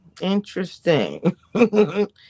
Interesting